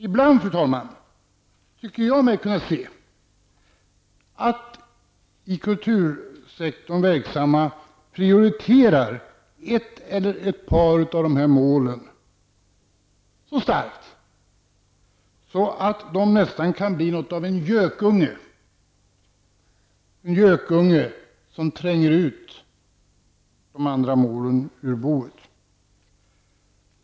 Ibland, fru talman, tycker jag mig kunna se att i kultursektorn verksamma prioriterar ett eller ett par av dessa mål så starkt att de kan bli något av en gökunge som tränger ut de andra målen ur boet.